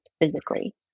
physically